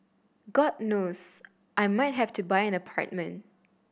god knows I might have to buy an apartment